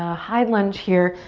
ah high lunge here.